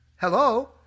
hello